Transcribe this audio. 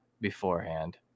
beforehand